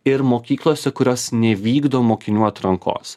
ir mokyklose kurios nevykdo mokinių atrankos